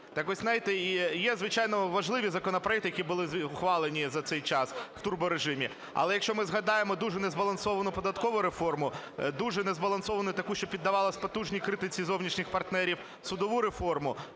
Так от знаєте, є звичайно важливі законопроекти, які були ухвалені за цей час в турборежимі. Але, якщо ми згадаємо дуже незбалансовану податкову реформу, дуже незбалансовану таку, щоб піддавалась потужній критиці зовнішніх партнерів, судову реформу,